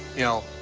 you know,